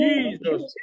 Jesus